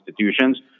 institutions